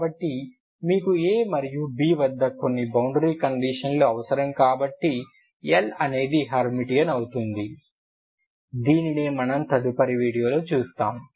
కాబట్టి మీకు a మరియు b వద్ద కొన్ని బౌండరీ కండిషన్లు అవసరం కాబట్టి L అనేది హెర్మిటియన్ అవుతుంది దీనినే మనం తదుపరి వీడియోలో చూస్తాము